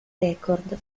record